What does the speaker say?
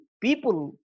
people